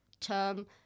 term